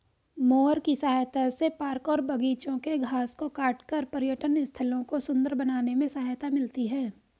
mower की सहायता से पार्क और बागिचों के घास को काटकर पर्यटन स्थलों को सुन्दर बनाने में सहायता मिलती है